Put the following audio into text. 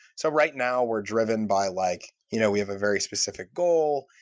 so right now, we're driven by like you know we have a very specific goal.